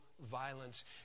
violence